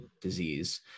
disease